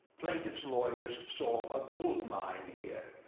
plaintiffs' lawyers saw a gold mine here.